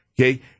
okay